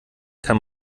kann